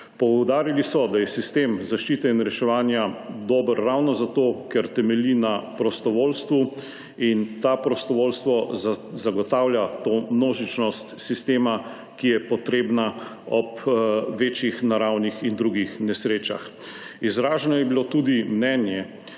Poudarili so, da je sistem zaščite in reševanja dober ravno zato, ker temelji na prostovoljstvo in to prostovoljstvo zagotavlja to množičnost sistema, ki je potrebna ob večjih naravnih in drugih nesrečah. Izraženo je bilo tudi mnenje,